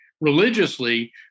religiously